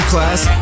Class